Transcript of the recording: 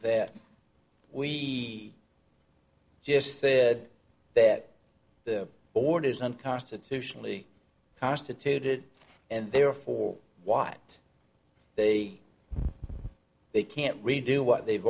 that we just said that the board is unconstitutionally constituted and therefore why they they can't redo what they've